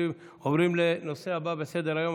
עוברים לנושא הבא בסדר-היום.